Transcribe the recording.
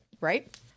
right